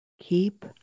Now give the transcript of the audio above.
Keep